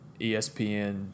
espn